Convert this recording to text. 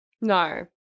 No